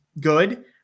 good